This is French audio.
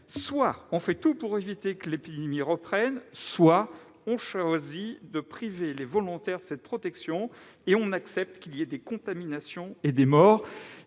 Soit on fait tout pour éviter que l'épidémie reprenne, soit on choisit de priver les volontaires de cette protection et on accepte qu'il y ait des contaminations et des morts.